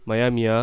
Miami